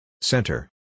Center